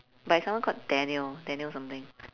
by someone called daniel daniel something